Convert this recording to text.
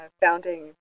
founding